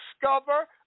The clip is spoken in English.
discover